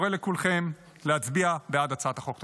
אני קורא לכולכם להצביע בעד הצעת החוק.